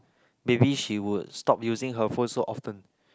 maybe she would stop using her phone so often